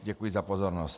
Děkuji za pozornost.